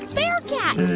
bearcat,